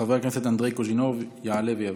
חבר הכנסת אנדרי קוז'ינוב יעלה ויבוא.